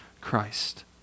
Christ